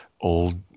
old